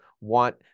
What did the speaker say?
want